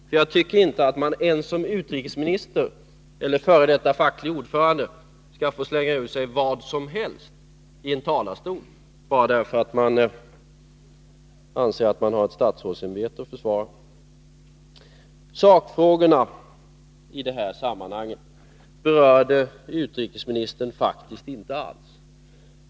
Jag tycker inte att man ens som utrikesminister eller f. d. facklig ordförande skall få slänga ur sig vad som helst i en talarstol, bara därför att man anser att man har ett statsrådsämbete att försvara. Sakfrågorna i det här sammanhanget berörde utrikesministern faktiskt inte alls.